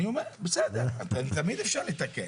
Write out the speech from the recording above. בסדר, תמיד אפשר לתקן.